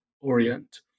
Orient